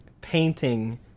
painting